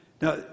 Now